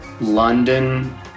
London